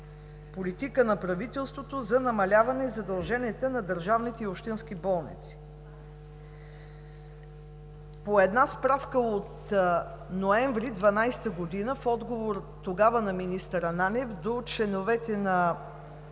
политика на правителството за намаляване на задълженията на държавните и общински болници. По една справка от месец ноември 2012 г., в отговор тогава на министър Ананиев до членовете на